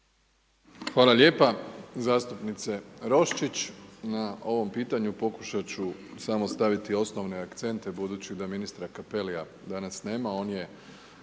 Hvala lijepa zastupnice Roščić na ovom pitanju. Pokušat ću samo staviti osnovne akcente budući da ministra Cappellija danas nema,